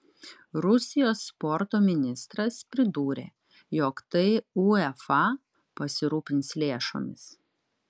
rusijos sporto ministras pridūrė jog tai uefa pasirūpins lėšomis